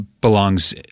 belongs